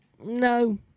No